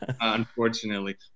unfortunately